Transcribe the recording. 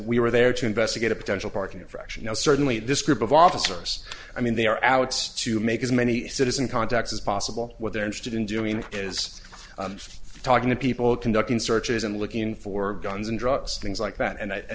we were there to investigate a potential parking infraction oh certainly this group of officers i mean they are out to make as many citizen contacts as possible what they're interested in doing is talking to people conducting searches and looking for guns and drugs things like that and i